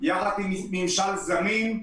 יחד עם ממשל זמין,